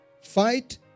Fight